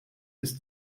ist